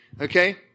Okay